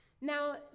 Now